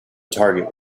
target